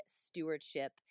stewardship